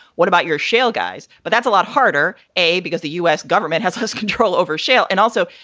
what about your shale guys? but that's a lot harder. a, because the u s. government has has control over shale. and also,